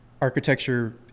architecture